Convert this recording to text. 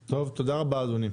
טוב, תודה רבה אדוני.